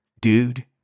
dude